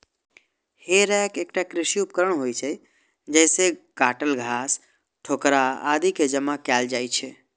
हे रैक एकटा कृषि उपकरण होइ छै, जइसे काटल घास, ठोकरा आदि कें जमा कैल जाइ छै